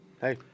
Hey